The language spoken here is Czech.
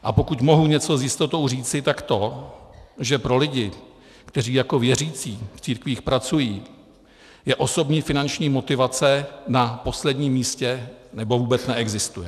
A pokud mohu něco s jistotou říci, tak to, že pro lidi, kteří jako věřící v církvích pracují, je osobní finanční motivace na posledním místě, nebo vůbec neexistuje.